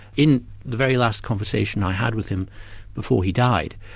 in the very last conversation i had with him before he died,